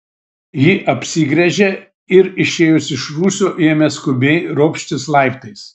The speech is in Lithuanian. ji apsigręžė ir išėjusi iš rūsio ėmė skubiai ropštis laiptais